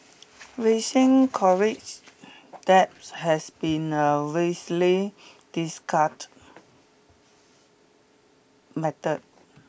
rising college debt has been a widely discussed matter